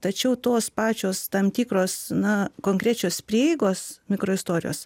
tačiau tos pačios tam tikros na konkrečios prieigos mikroistorijos